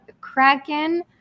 Kraken